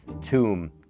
tomb